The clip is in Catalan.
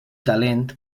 talent